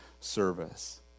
service